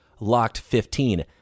LOCKED15